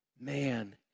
man